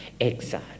exile